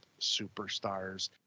superstars